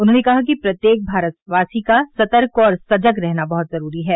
उन्होंने कहा कि प्रत्येक भारतवासी का सतर्क और सजग रहना बहत जरूरी है